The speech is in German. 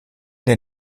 der